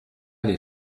les